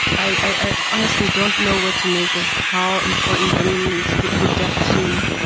i i honestly don't know what to make of how important benjamin's. the the death scene,